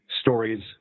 stories